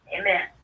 Amen